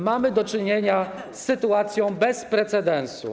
Mamy do czynienia z sytuacją bez precedensu.